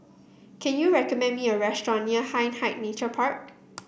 can you recommend me a restaurant near Hindhede Nature Park